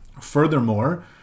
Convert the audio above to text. Furthermore